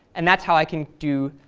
and that's how i can do